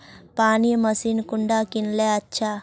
पानी मशीन कुंडा किनले अच्छा?